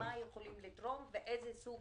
במה הן יכולות לתרום, איזה סוג